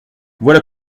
voilà